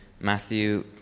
Matthew